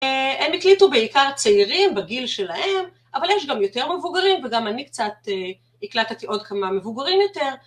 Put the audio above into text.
הם הקליטו בעיקר צעירים בגיל שלהם, אבל יש גם יותר מבוגרים וגם אני קצת הקלטתי עוד כמה מבוגרים יותר.